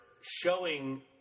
showing